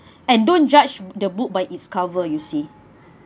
and don't judge the book by its cover you see